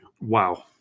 Wow